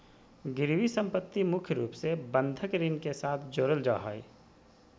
गिरबी सम्पत्ति मुख्य रूप से बंधक ऋण के साथ जोडल जा हय